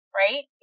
right